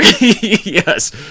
Yes